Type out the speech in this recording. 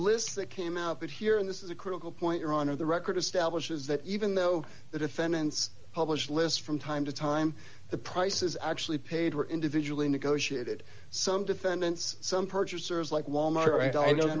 list that came out that here in this is a critical point your honor the record establishes that even though the defendants publish list from time to time the price is actually paid or individually negotiated some defendants some purchasers like wal mart i know